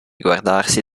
guardarsi